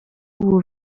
ubu